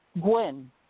Gwen